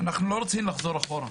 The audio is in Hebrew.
אנחנו לא רוצים לחזור אחורה.